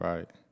Right